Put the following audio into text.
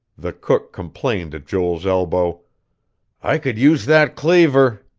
the cook complained at joel's elbow i could use that cleaver.